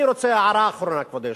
אני רוצה הערה אחרונה, כבוד היושב-ראש.